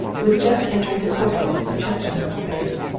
was just entering the portals of chestermarke's bank.